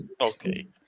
okay